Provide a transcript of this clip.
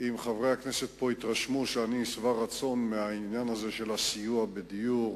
אם חברי הכנסת פה התרשמו שאני שבע רצון מעניין הסיוע בדיור,